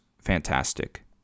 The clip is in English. fantastic